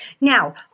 Now